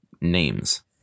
names